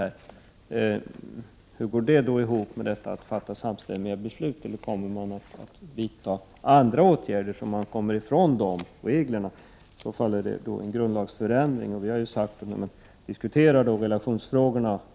Hur går det uttalandet ihop med strävan att fatta samstämmiga beslut? Kommer man att vidta andra åtgärder, så att man kommer ifrån den regeln? I så fall är det fråga om en grundlagsändring. Vi har sagt att vi vill diskutera relationsfrågorna.